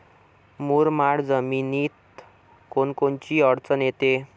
मुरमाड जमीनीत कोनकोनची अडचन येते?